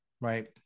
Right